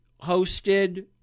hosted